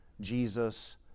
Jesus